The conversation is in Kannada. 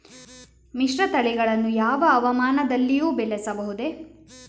ಮಿಶ್ರತಳಿಗಳನ್ನು ಯಾವ ಹವಾಮಾನದಲ್ಲಿಯೂ ಬೆಳೆಸಬಹುದೇ?